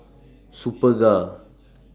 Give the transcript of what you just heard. Superga